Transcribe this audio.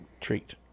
treat